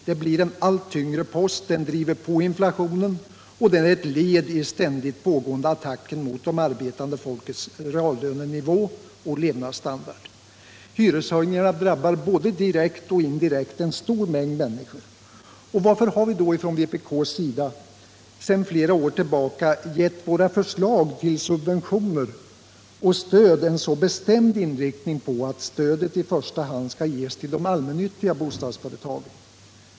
Den blir en allt tyngre post, den driver på inflationen och den är ett led i den ständigt pågående attacken mot det arbetande folkets reallönenivå och levnadsstandard. Hyreshöjningarna drabbar både direkt och indirekt en stor mängd människor. Varför har vi då från vpk:s sida sedan flera år tillbaka gett våra förslag till subventioner och stöd en så bestämd inriktning på att stödet i första hand skall ges till de allmännyttiga bostadsföretagen?